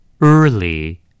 early